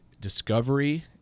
discovery